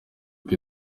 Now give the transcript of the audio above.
kuko